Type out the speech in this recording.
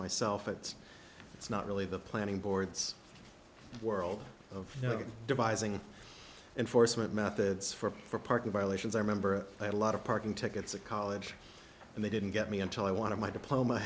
myself it's it's not really the planning board's world of devising enforcement methods for parking violations i remember i had a lot of parking tickets at college and they didn't get me until i want to my diploma